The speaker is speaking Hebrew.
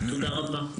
תודה רבה.